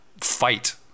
fight